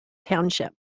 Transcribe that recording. township